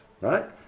right